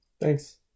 Thanks